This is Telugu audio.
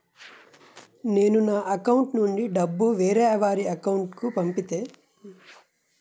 నేను నా అకౌంట్ నుండి డబ్బు వేరే వారి అకౌంట్ కు పంపితే అవి వారి అకౌంట్ లొ డిపాజిట్ అవలేదు దానిని కరెక్ట్ చేసుకోవడం ఎలా?